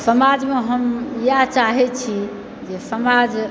समाजमे हम इएह चाहै छी जे समाज